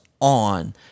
on